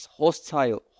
hostile